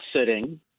sitting